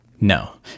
no